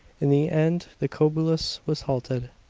in the end the cobulus was halted,